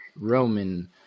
Roman